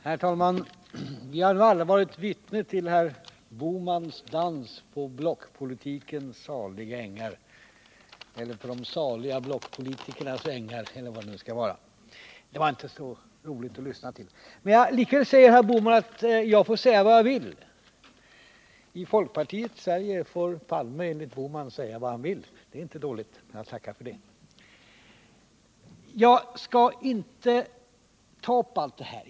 Herr talman! Vi har nu alla varit vittne till herr Bohmans dans på blockpolitikens saliga ängar eller på de saliga blockpolitikernas ängar eller vad det nu skall vara. Det var inte så roligt att lyssna till! Men likväl säger herr Bohman att jag får säga vad jag vill. I folkpartiets Sverige får Olof Palme, enligt herr Bohman, säga vad han vill. Det är inte dåligt — jag tackar för det. Jag skall inte ta upp allt det här.